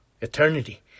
eternity